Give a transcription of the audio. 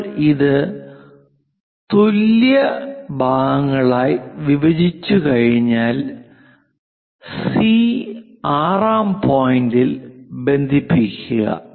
നമ്മൾ ഇത് തുല്യ ഭാഗങ്ങളായി വിഭജിച്ചുകഴിഞ്ഞാൽ സി ആറാം പോയിന്റിൽ ബന്ധിപ്പിക്കുക